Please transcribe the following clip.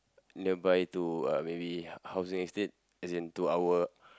nearby to uh maybe housing estate as in to our